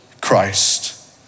Christ